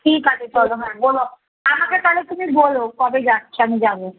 ঠিক আছে চলো হ্যাঁ বলো আমাকে তাহলে তুমি বলো কবে যাচ্ছো আমি যাবো